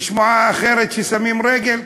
שמועה אחרת ששמים רגל,